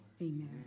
amen